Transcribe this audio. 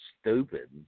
stupid